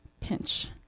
pinch